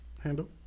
handle